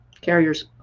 carrier's